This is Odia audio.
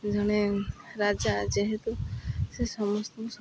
ଜଣେ ରାଜା ଯେହେତୁ ସେ ସମସ୍ତଙ୍କୁ